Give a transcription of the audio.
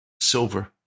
silver